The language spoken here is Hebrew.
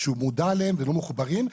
שהוא מודע אליהם והם לא מחוברים.